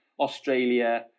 Australia